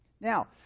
Now